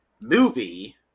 movie